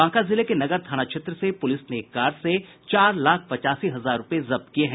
बांका जिले के नगर थाना क्षेत्र से पुलिस ने एक कार से चार लाख पचासी हजार रूपये जब्त किये हैं